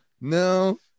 no